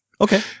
Okay